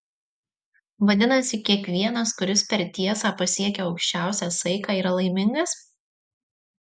vadinasi kiekvienas kuris per tiesą pasiekia aukščiausią saiką yra laimingas